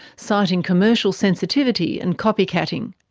citing commercial sensitivity and copycatting.